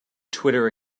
twitter